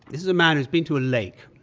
this is a man who's been to a lake,